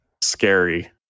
scary